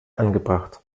angebracht